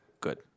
good